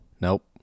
Nope